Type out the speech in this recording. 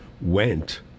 went